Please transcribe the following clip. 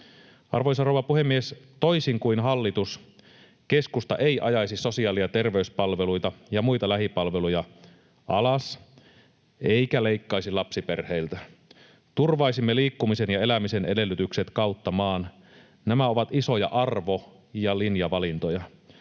Arvoisa rouva puhemies! Toisin kuin hallitus, keskusta ei ajaisi sosiaali‑ ja terveyspalveluita ja muita lähipalveluita alas eikä leikkaisi lapsiperheiltä. Turvaisimme liikkumisen ja elämisen edellytykset kautta maan. Nämä ovat isoja arvo‑ ja linjavalintoja.